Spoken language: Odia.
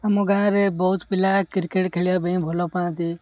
ଆମ ଗାଁରେ ବହୁତ ପିଲା କ୍ରିକେଟ୍ ଖେଳିବା ପାଇଁ ଭଲପାଆନ୍ତି